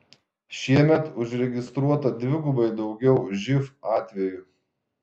šiemet užregistruota dvigubai daugiau živ atvejų